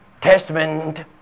Testament